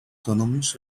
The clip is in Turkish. tanınmış